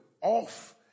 off